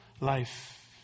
life